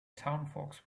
townsfolk